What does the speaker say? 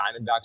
Diamondbacks